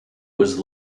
was